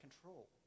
control